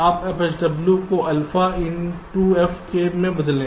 आप fSW को alpha into f में बदलें